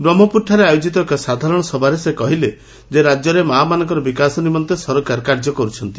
ବ୍ବହ୍ମପୁର ଠାରେ ଆୟୋଜିତ ଏକ ସାଧାରଣ ସଭାରେ ସେ କହିଲେ ଯେ ରାଜ୍ୟରେ ମା ମାନଙ୍କ ବିକାଶ ନିମନ୍ତେ ସରକାର କାର୍ଯ୍ୟ କରୁଛନ୍ତି